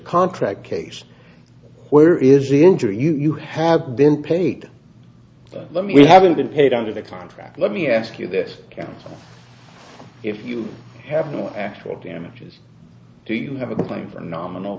contract case where is the injury you have been paid let me having been paid under the contract let me ask you this counsel if you have no actual damages do you have a claim for nominal